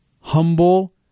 humble